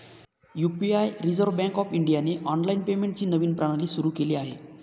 UPI reserve bank of इंडियाने online पेमेंटची नवीन प्रणाली सुरू केली आहे